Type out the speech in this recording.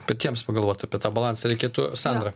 patiems pagalvot apie tą balansą reikėtų sandra